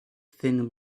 thin